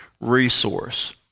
resource